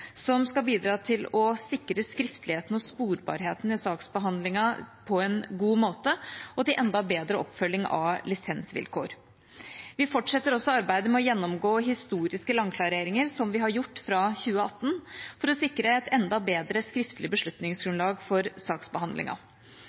som skal bidra til å sikre skriftligheten og sporbarheten i saksbehandlingen på en god måte, og til enda bedre oppfølging av lisensvilkår. Vi fortsetter også arbeidet med å gjennomgå historiske landklareringer, som vi har gjort fra 2018, for å sikre et enda bedre skriftlig beslutningsgrunnlag for